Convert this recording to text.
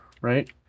right